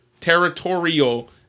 territorial